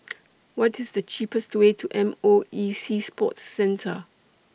What IS The cheapest Way to M O E Sea Sports Centre